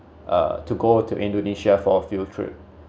uh to go to indonesia for a field trip